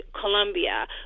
Colombia